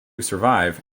survive